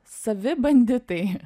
savi banditai